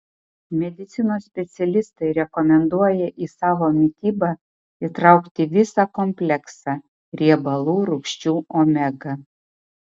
medicinos specialistai rekomenduoja į savo mitybą įtraukti visą kompleksą riebalų rūgščių omega